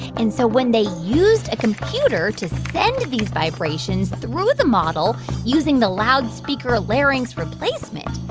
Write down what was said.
and so when they used a computer to send these vibrations through the model using the loudspeaker larynx replacement,